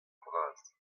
bras